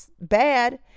bad